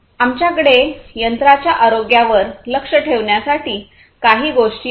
आमच्याकडे यंत्रांच्या आरोग्यावर लक्ष ठेवण्यासाठी काही गोष्टी आहेत